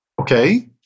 okay